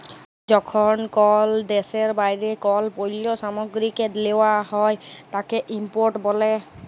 যখন কল দ্যাশের বাইরে কল পল্য সামগ্রীকে লেওয়া হ্যয় তাকে ইম্পোর্ট ব্যলে